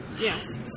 Yes